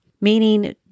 Meaning